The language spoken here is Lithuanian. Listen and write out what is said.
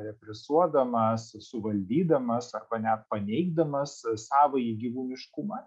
represuodamas suvaldydamas arba net paneigdamas savąjį gyvūniškumą